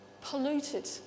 polluted